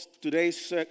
today's